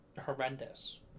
horrendous